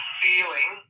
feeling